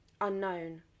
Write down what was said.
unknown